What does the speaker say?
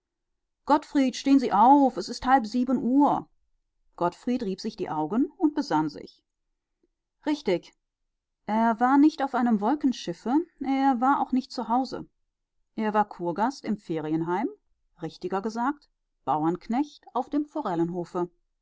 gottfried stehen sie auf es ist halb sieben uhr gottfried rieb sich die augen und besann sich richtig er war nicht auf einem wolkenschiffe er war auch nicht zu hause er war kurgast im ferienheim richtiger gesagt bauernknecht auf dem forellenhofe